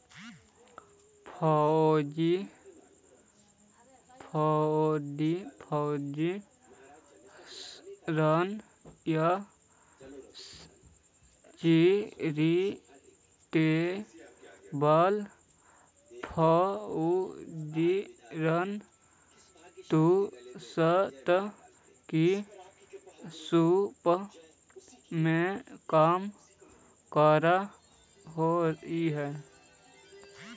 foundation या charitable foundation trust के रूप में काम करऽ हई